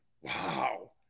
Wow